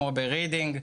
ברידינג,